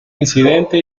incidente